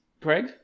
Craig